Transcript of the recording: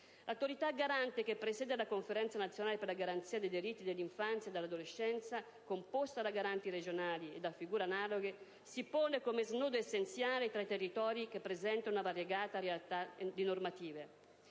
L'Autorità garante, che presiede la Conferenza nazionale per la garanzia dei diritti dell'infanzia e dell'adolescenza composta dai garanti regionali o da figure analoghe, si pone come snodo essenziale tra i territori che presentano una variegata realtà di normative.